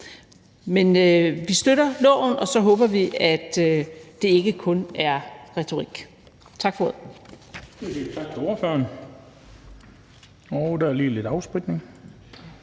Men vi støtter lovforslaget, og så håber vi, at det ikke kun er retorik. Tak for ordet.